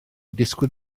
disgwyl